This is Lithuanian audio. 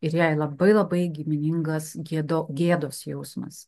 ir jei labai labai giminingas gėdo gėdos jausmas